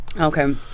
Okay